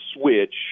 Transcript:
switch